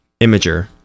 Imager